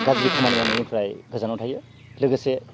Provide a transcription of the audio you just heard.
गाज्रि खामानि मावनायनिफ्राय गोजानाव थायो लोगोसे